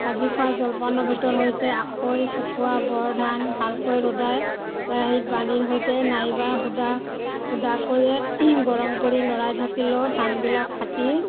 ভাজি খোৱা জলপানৰ ভিতৰত হৈছে আখৈ চকুৱা বৰ ধান ভালকৈ ৰ'দাই কেৰাহীত বালিৰ সৈতে নাইবা সুদা সুদাকৈয়ে গৰম কৰি লৰাই থাকিলেও ধানবিলাক ফাটি